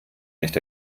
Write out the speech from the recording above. nicht